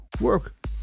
work